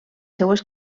seues